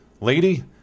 Lady